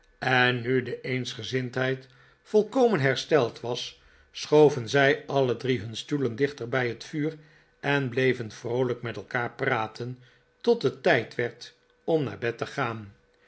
en nu de eensgezindheid volkomen hersteld was schoven zij alle drie hun stoelen dichter bij het vuur en bleven vroolijk met elicaar praten tot het tijd werd om naar bed te gaan